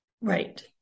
Right